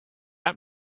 that